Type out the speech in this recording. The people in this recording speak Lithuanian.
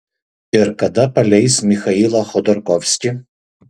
ir kada paleis michailą chodorkovskį